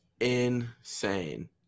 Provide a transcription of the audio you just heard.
insane